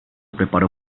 preparó